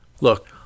Look